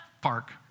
Park